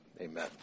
amen